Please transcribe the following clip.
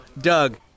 Doug